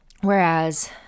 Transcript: Whereas